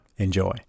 Enjoy